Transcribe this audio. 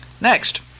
Next